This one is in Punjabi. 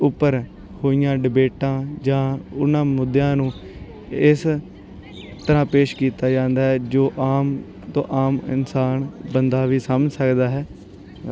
ਉੱਪਰ ਹੋਈਆਂ ਡਿਬੇਟਾਂ ਜਾਂ ਉਹਨਾਂ ਮੁੱਦਿਆਂ ਨੂੰ ਇਸ ਤਰ੍ਹਾਂ ਪੇਸ਼ ਕੀਤਾ ਜਾਂਦਾ ਜੋ ਆਮ ਤੋਂ ਆਮ ਇਨਸਾਨ ਬੰਦਾ ਵੀ ਸਮਝ ਸਕਦਾ ਹੈ ਅ